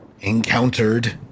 encountered